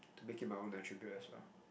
make it my own attribute as well